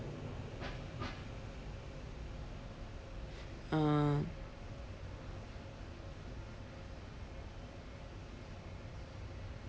ah